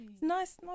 nice